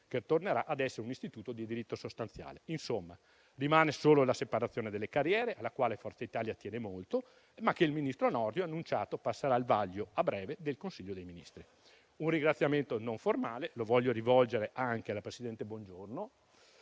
che tornerà ad essere un istituto di diritto sostanziale. Insomma, rimane solo la separazione delle carriere, alla quale Forza Italia tiene molto, ma che il ministro Nordio ha annunciato passerà a breve al vaglio del Consiglio dei ministri. Un ringraziamento non formale lo voglio rivolgere anche alla presidente Bongiorno